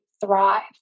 thrive